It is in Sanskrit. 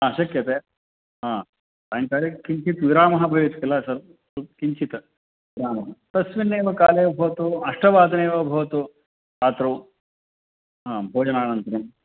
शक्यते सायङ्काले किञ्चित् विरामः भवेत् किल तत् किञ्चित् विरामः तस्मिन्नेव काले भवतु अष्टवादने वा भवतु रात्रौ भोजनानन्तरं